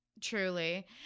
Truly